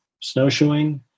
snowshoeing